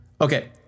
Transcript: Okay